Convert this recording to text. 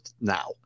now